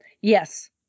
Yes